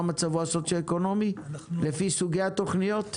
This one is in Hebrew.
מצבו הסוציו-אקונומי לפי סוגי התוכניות.